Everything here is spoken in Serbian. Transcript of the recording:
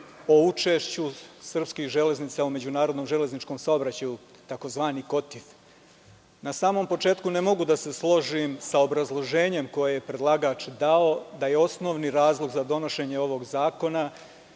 o učešću srpskih železnica u međunarodnom železničkom saobraćaju, tzv. KOTIF.Na samom početku ne mogu da se složim sa obrazloženjem koje je predlagač dao da je osnovni razlog za donošenje ovog zakona